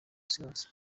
silas